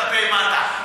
כלפי מטה,